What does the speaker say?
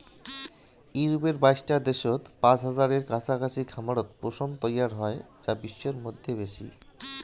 ইউরপের বাইশটা দ্যাশত পাঁচ হাজারের কাছাকাছি খামারত পশম তৈয়ার হই যা বিশ্বর মইধ্যে বেশি